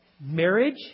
marriage